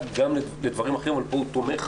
גם לדברים אחרים אבל כאן הוא תומך,